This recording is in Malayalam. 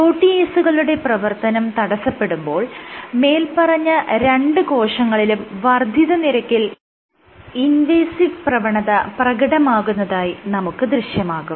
പ്രോട്ടിയേസുകളുടെ പ്രവർത്തനം തടസ്സപ്പെടുമ്പോൾ മേല്പറഞ്ഞ രണ്ട് കോശങ്ങളിലും വർദ്ധിത നിരക്കിൽ ഇൻവേസീവ് പ്രവണത പ്രകടമാകുന്നതായി നമുക്ക് ദൃശ്യമാകും